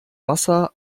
wasser